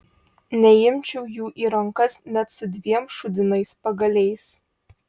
neimčiau jų į rankas net su dviem šūdinais pagaliais